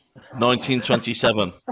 1927